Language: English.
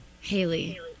Haley